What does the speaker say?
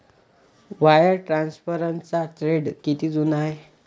Wire ट्रान्सफरचा trend किती जुना आहे?